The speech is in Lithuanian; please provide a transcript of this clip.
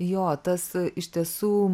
jo tas iš tiesų